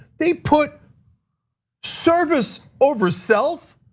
they put service over self,